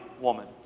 woman